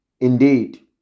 Indeed